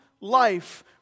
life